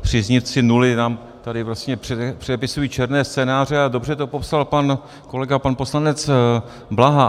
příznivci nuly nám tady vlastně přepisují černé scénáře, a dobře to popsal pan kolega pan poslanec Blaha.